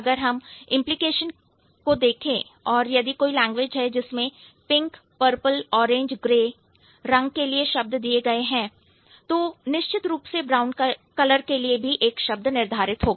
अगर हम इंप्लीकेशन को देखें और यदि कोई लैंग्वेज है जिसमें पिंक पर्पल ऑरेंज ग्रे रंग के लिए शब्द दिए गए हैं तो निश्चित रूप से ब्राउन रंग के लिए भी एक शब्द होगा